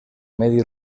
medi